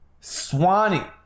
Swanee